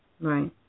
Right